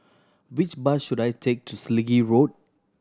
which bus should I take to Selegie Road